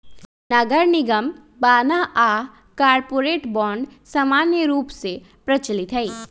नगरनिगम बान्ह आऽ कॉरपोरेट बॉन्ड समान्य रूप से प्रचलित हइ